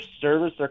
service